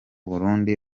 burundi